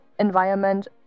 environment